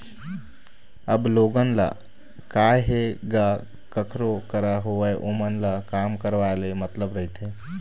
अब लोगन ल काय हे गा कखरो करा होवय ओमन ल काम करवाय ले मतलब रहिथे